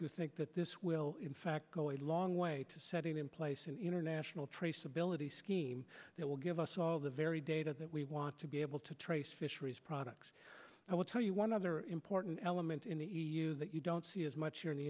to think that this will in fact go a long way to setting in place an international traceability scheme that will give us all the very data that we want to be able to trace fisheries products i will tell you one other important element in the e u that you don't see as much here in the